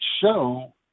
show